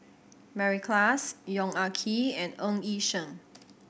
Mary Klass Yong Ah Kee and Ng Yi Sheng